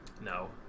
no